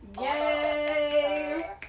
yay